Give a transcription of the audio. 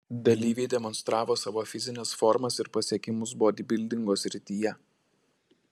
dalyviai demonstravo savo fizines formas ir pasiekimus bodybildingo srityje